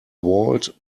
walled